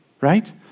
right